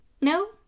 No